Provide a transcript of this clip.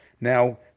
Now